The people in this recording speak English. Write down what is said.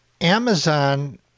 Amazon